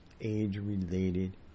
age-related